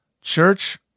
church